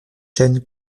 chaînes